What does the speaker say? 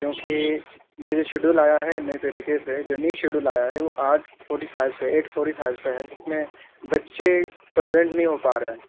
کیونکہ یہ جو شیڈول آیا ہے نئے طریقے سے جو نیو شیڈول آیا ہے وہ آٹھ فورٹی فائیو سے ایٹ فورٹی فائیو سے ہے جس میں بچے پر پرزینٹ نہیں ہو پا رہے ہیں